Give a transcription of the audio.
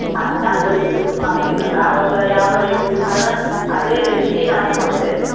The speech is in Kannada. ಹಾಂ ನಾಲ್ಕು ದಿನ ಬಿಟ್ಟು ಬರ್ತೀರಲ್ಲ ಆವಾಗ ಯಾವ ರೇಟ್ ಇರ್ತದೆ ಅದೇ ರೇಟಿಗೆ ನಾವು ಕೊಡ್ತೇವೆ